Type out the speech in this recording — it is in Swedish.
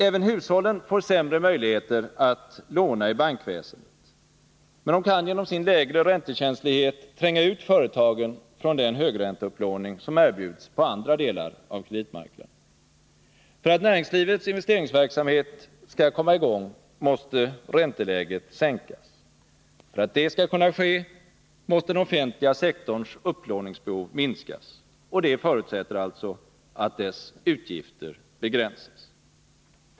Även hushållen får sämre möjligheter att låna i bankväsendet, men de kan genom sin lägre räntekänslighet tränga ut företagen från den högränteupplåning som erbjuds på andra delar av kreditmarknaden. För att näringslivets investeringsverksamhet skall komma i gång måste ränteläget sänkas. För att det skall kunna ske måste den offentliga sektorns upplåningsbehov minskas, och det förutsätter alltså att dess utgifter begränsas.